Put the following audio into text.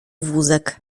wózek